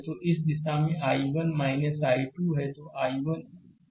तो इस दिशा में I1 I2 है